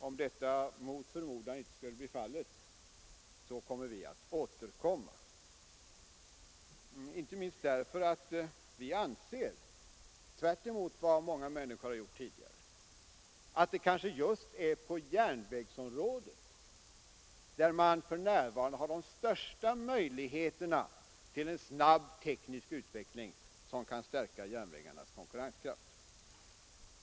Om detta mot förmodan inte skulle bli fallet så återkommer vi, inte minst därför att vi anser — tvärtemot vad många människor tidigare gjort — att det kanske just är på järnvägsområdet som man för närvarande har de största möjligheterna till en snabb teknisk utveckling. Herr talman!